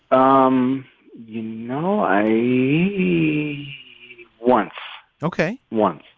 um you know, i see once ok, once.